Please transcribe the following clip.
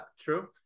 True